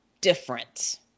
different